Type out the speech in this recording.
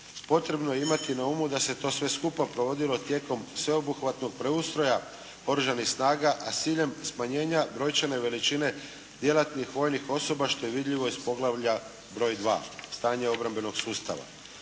Potrebno je imati na umu da se to sve skupa provodilo tijekom sveobuhvatnog preustroja Oružanih snaga a s ciljem smanjenja brojčane veličine djelatnih vojnih osoba što je vidljivo iz poglavlja broj 2 – Stanje obrambenog sustava.